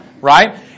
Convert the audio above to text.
right